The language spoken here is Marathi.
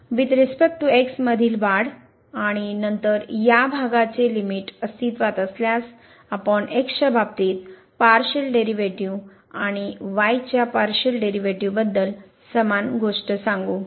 तर वुईथ रीस्पेक्ट टू x मधील वाढ आणि नंतर या भागाचे लिमिट अस्तित्त्वात असल्यास आपण x च्या बाबतीत पार्शिअल डेरीवेटीव आणि y च्या पार्शिअल डेरीवेटीव बद्दल समान गोष्ट सांगू